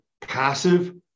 passive